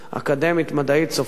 אקדמית-מדעית סופית,